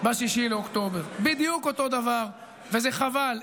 ב-6 באוקטובר, בדיוק אותו דבר, וזה חבל.